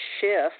shift